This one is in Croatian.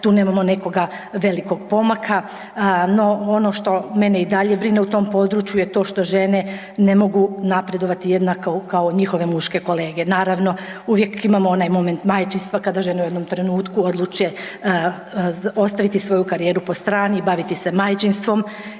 tu nemamo nekoga velikog pomaka no ono što mene i dalje brine u tom području je to što žene ne mogu napredovati jednako kao njihove muške kolege. Naravno, uvijek imamo moment majčinstva kada žene u jednom trenutku odluče ostaviti svoju karijeru po strani i baviti se majčinstvom,